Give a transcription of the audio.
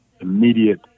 immediate